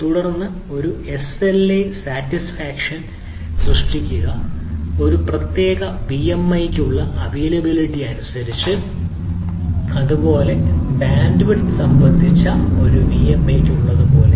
എന്നിട്ട് ആ SLA satisfaction സംബന്ധിച്ച ഒരു വിഎംഐയ്ക്കുള്ള എന്നതുപോലെ